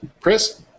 Chris